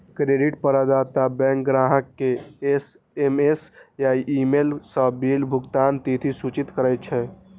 credit प्रदाता bank ग्राहक कें एस.एम.एस या ईमेल सं बिल भुगतानक तिथि सूचित करै छै